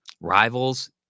rivals